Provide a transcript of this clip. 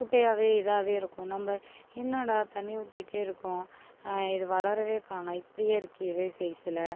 குட்டையாவே இதாவே இருக்கும் நம்ம என்னடா தண்ணி ஊற்றிக்கிட்டே இருக்கோம் இது வளரவே காணும் இப்படியே இருக்கே இதே சைசில்